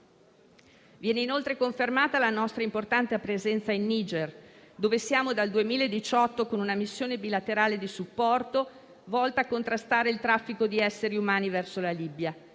Viene inoltre confermata la nostra importante presenza in Niger, dove siamo dal 2018 con una missione bilaterale di supporto volta a contrastare il traffico di esseri umani verso la Libia,